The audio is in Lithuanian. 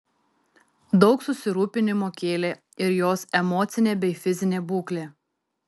daug susirūpinimo kėlė ir jos emocinė bei fizinė būklė